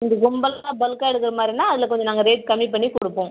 இது கும்பலா பல்க்காக எடுக்கிற மாதிரினா அதில் கொஞ்சம் நாங்கள் ரேட் கம்மி பண்ணி கொடுப்போம்